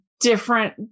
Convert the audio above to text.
Different